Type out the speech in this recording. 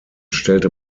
stellte